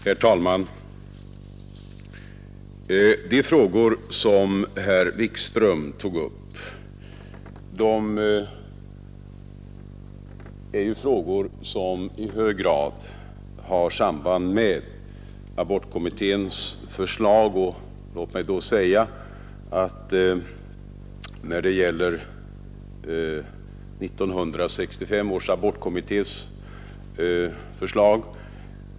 Herr talman! De frågor som herr Wikström tog upp har i hög grad samband med 1965 års abortkommittés förslag.